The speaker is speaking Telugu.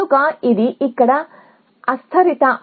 కనుక ఇది ఇక్కడ అస్థిరత